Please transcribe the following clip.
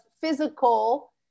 physical